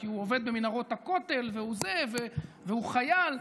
כי הוא עובד במנהרות הכותל והוא זה והוא חייל.